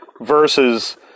versus